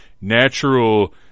natural